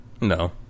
No